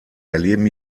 erleben